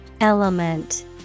Element